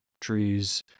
trees